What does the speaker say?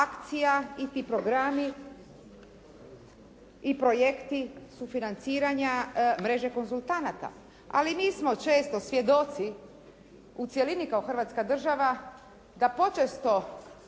akcija i ti programi i projekti sufinanciranja mreže konzultanata ali mi smo često svjedoci u cjelini kao Hrvatska država da počesto